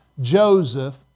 Joseph